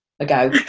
ago